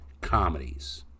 comedies